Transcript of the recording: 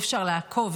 אי-אפשר לעקוב.